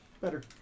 Better